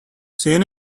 seen